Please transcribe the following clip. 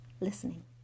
listening